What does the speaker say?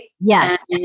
Yes